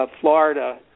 Florida